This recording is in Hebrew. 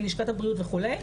ללשכת הבריאות וכו',